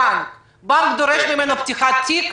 הבנק דורש ממנו פתיחת תיק,